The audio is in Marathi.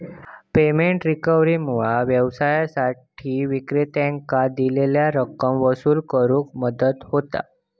पेमेंट रिकव्हरीमुळा व्यवसायांसाठी विक्रेत्यांकां दिलेली रक्कम वसूल करुक मदत होता